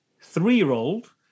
three-year-old